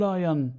Lion